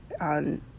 on